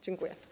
Dziękuję.